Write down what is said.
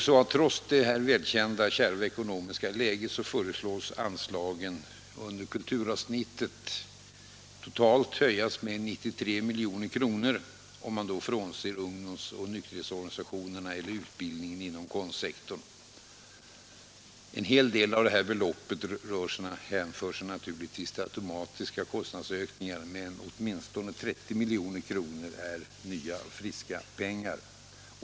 Ja, trots det välkända kärva läget föreslås anslagen under kulturavsnittet bli höjda med totalt 93 milj.kr., om man då bortser från ungdomsoch nykterhetsorganisationerna samt utbildningen inom konstsektorn. En stor del av beloppet hänför sig naturligtvis till automatiska kostnadsökningar, men åtminstone 30 milj.kr. är nya och friska pengar.